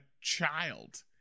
child